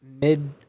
mid